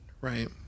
right